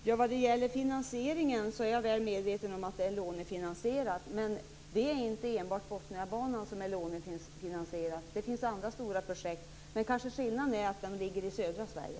Fru talman! Vad gäller finansieringen är jag väl medveten om att detta är lånefinansierat. Men det är inte enbart Botniabanan som är det, utan det finns även andra stora projekt. Skillnaden är kanske att de ligger i södra Sverige.